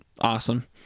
awesome